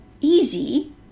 easy